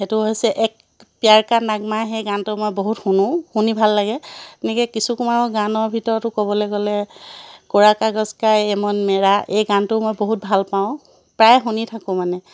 সেইটো হৈছে এক প্যাৰ কা নাগমা হ্যেই গানটো মই বহুত শুনো শুনি ভাল লাগে তেনেকৈ কিশোৰ কুমাৰৰ গানৰ ভিতৰতো ক'বলৈ গ'লে ক'ৰা কাগজ কা য়্যে মন মেৰা এই গানটোও মই বহুত ভাল পাওঁ প্ৰায় শুনি থাকোঁ মানে